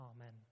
Amen